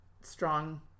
strong